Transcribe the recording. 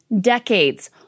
decades